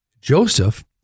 Joseph